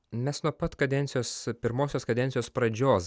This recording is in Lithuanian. mes nuo pat kadencijos pirmosios kadencijos pradžios